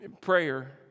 prayer